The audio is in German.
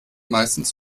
meistens